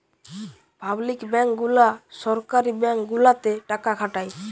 public bank গুলা সরকারি bank গুলাতে টাকা খাটায়